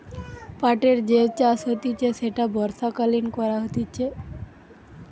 পাটের যে চাষ হতিছে সেটা বর্ষাকালীন করা হতিছে